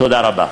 תודה רבה.